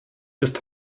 ist